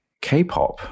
k-pop